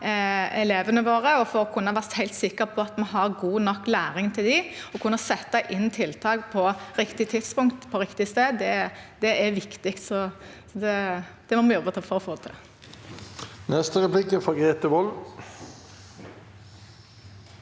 elevene våre, for å kunne være helt sikre på at vi har god nok læring til dem, og for å kunne sette inn tiltak på riktig tidspunkt og riktig sted, er viktig. Så det må vi jobbe for å få til. Grete Wold